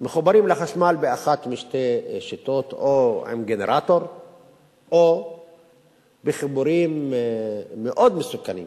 מחוברים לחשמל באחת משתי שיטות: או עם גנרטור או בחיבורים מאוד מסוכנים,